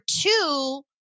two